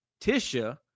Tisha